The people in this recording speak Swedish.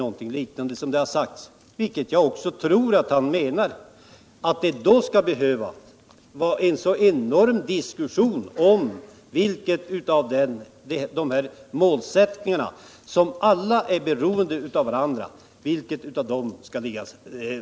Svante Lundkvist har ju så många gånger varit uppe i talarstolen och hänvisat till socialdemokraternas goda vilja när det gäller att jordbrukarna skall följa med och ha en med andra grupper likvärdig standard, vilket jag också tror att han menar.